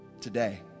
today